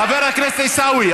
חבר הכנסת עיסאווי,